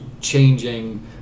changing